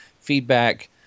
feedback